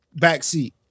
backseat